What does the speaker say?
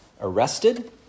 arrested